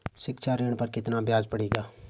शिक्षा ऋण पर कितना ब्याज पड़ेगा?